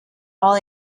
all